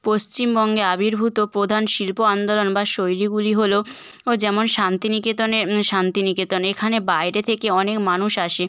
পশ্চিমবঙ্গে আবির্ভূত পোধান শিল্প আন্দোলন বা শৈলীগুলি হল যেমন শান্তিনিকেতনে শান্তিনিকেতন এখানে বাইরে থেকে অনেক মানুষ আসে